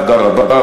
תודה רבה,